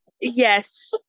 Yes